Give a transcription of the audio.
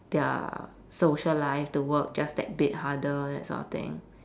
their social life to work just that bit harder that sort of thing